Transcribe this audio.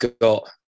got